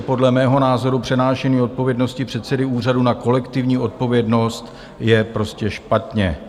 Podle mého názoru přenášení odpovědnosti předsedy úřadu na kolektivní odpovědnost je prostě špatně.